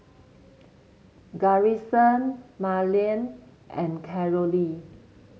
Garrison Marlen and Carolee